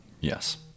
Yes